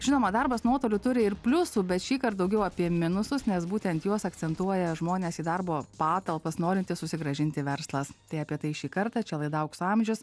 žinoma darbas nuotoliu turi ir pliusų bet šįkart daugiau apie minusus nes būtent juos akcentuoja žmonės į darbo patalpas norintis susigrąžinti verslas tai apie tai šį kartą čia laida aukso amžius